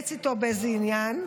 להתייעץ איתו באיזה עניין,